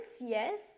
yes